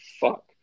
fuck